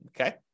Okay